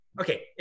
okay